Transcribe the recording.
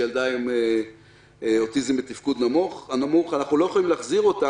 שהיא ילדה עם אוטיזם בתפקוד נמוך: "אנחנו לא יכולים להחזיר אותה